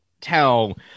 tell